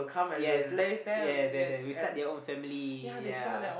yes yes yes we start their own family yea